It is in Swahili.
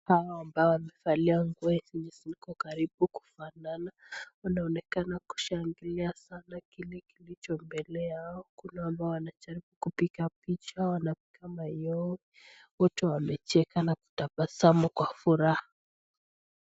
Hawa ambao wamevalia nguo zenye ziko karibu kufanana. Wanaonekana kushangilia sana kile kilicho mbele yao. Kunao ambao wanajaribu kupiga picha, wanapiga mayowe. Wote wamecheka na kutabasamu kwa furaha.